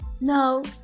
No